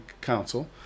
Council